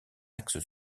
axe